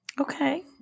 okay